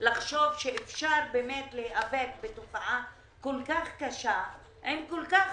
לחשוב שאפשר להיאבק בתופעה כל כך קשה עם כל כך